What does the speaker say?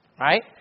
right